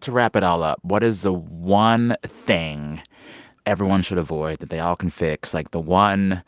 to wrap it all up, what is the one thing everyone should avoid that they all can fix like, the one